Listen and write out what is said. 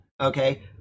okay